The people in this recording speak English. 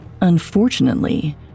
Unfortunately